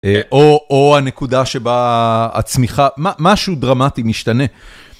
או הנקודה שבה הצמיחה, משהו דרמטי משתנה.